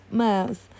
mouth